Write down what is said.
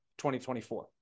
2024